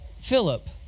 Philip